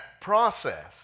process